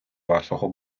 вашого